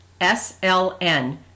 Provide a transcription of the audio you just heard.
SLN